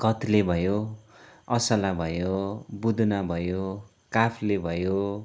कत्ले भयो असला भयो बुदुना भयो काफ्ले भयो